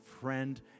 friend